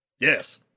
Yes